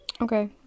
Okay